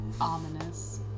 Ominous